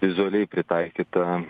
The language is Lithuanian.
vizualiai pritaikyta